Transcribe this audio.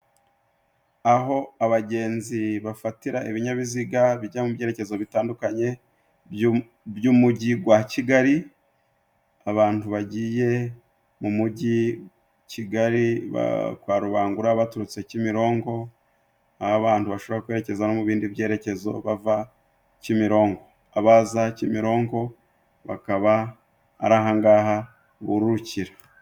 Aho abagenzi bafatira ibinyabiziga bijya mu byerekezo bitandukanye by'umujyi gwa Kigali abantu bagiye mu mujyi Kigali kwa Rubangura baturutse Kimironko aho abantu bashobora kwerekezamo mu bindi byerekezo bava Kimironko abaza Kimironko bakaba ari ahangaha burukira.